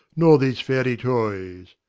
nor these fairy toys.